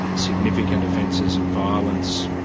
significant offences of violence,